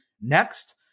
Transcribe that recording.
next